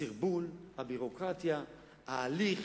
הסרבול, הביורוקרטיה, ההליך,